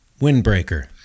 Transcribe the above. windbreaker